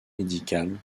médicale